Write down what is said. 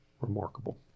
remarkable